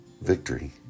victory